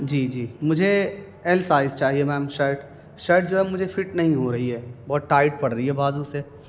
جی جی مجھے L size چاہیے میم شرٹ شرٹ جو ہے مجھے فٹ نہیں ہو رہی ہے بہت ٹائٹ پڑ رہی ہے بازو سے